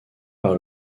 par